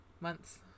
months